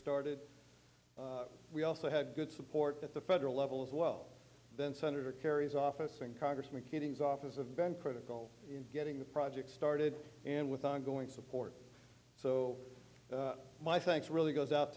started we also had good support at the federal level as well then senator kerry's office in congressman king's office of been critical in getting the project started and with ongoing support so my thanks really goes out